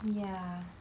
ya